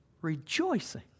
rejoicing